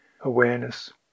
awareness